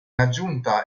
aggiunta